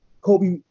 Kobe